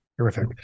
Terrific